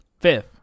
Fifth